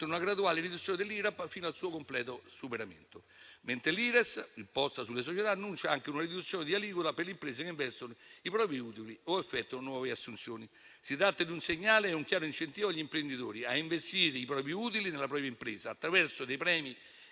una graduale riduzione dell'Irap fino al suo completo superamento, mentre l'Ires, l'imposta sulle società, annuncia anche una riduzione di aliquota per le imprese che investono i propri utili o effettuano nuove assunzioni. Si tratta di un segnale, di un chiaro incentivo agli imprenditori ad investire i propri utili nella propria impresa attraverso dei premi